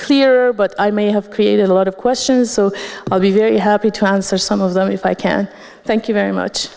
clear but i may have created a lot of questions so i'll be very happy to answer some of them if i can thank you very much